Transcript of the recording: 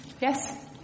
Yes